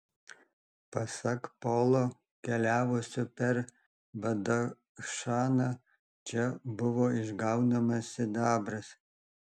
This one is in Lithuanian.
pasak polo keliavusio per badachšaną čia buvo išgaunamas sidabras